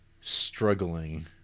struggling